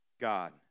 God